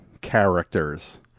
characters